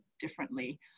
differently